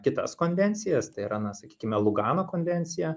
kitas konvencijas tai yra na sakykime lugano konvenciją